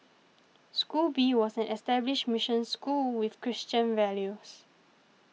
school B was an established mission school with Christian values